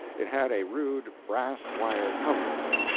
it had a rude brass-wire cover to it,